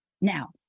Now